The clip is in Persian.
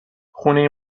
خونه